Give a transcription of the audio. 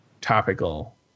topical